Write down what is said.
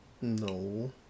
No